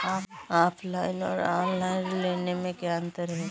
Offline और online ऋण लेने में क्या अंतर है?